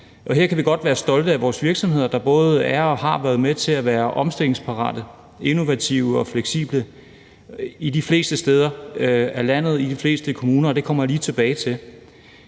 her kan vi godt være stolte af vores virksomheder, der både er og har været med til at være omstillingsparate, innovative og fleksible de fleste steder i landet og i de fleste kommuner, og det kommer jeg lige tilbage til.